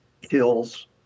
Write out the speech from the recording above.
kills